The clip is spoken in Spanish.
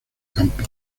campo